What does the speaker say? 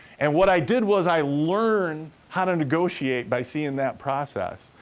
and what i did was i learned how to negotiate by seeing that process.